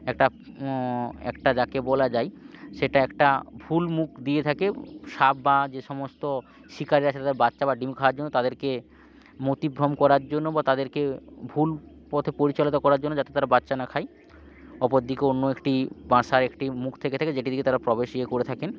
একটা একটা যাকে বলা যায় সেটা একটা ভুল মুখ দিয়ে থাকে সাপ বা যে সমস্ত শিকারিরা আসে তাদের বাচ্চা বা ডিম খাওয়ার জন্য তাদেরকে মতিভ্রম করার জন্য বা তাদেরকে ভুল পথে পরিচালতা করার জন্য যাতে তারা বাচ্চা না খায় ওপর দিকে অন্য একটি বাসা একটি মুখ থেকে থাকে যেটি দিকে তারা প্রবেশ ইয়ে করে থাকেন